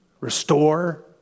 restore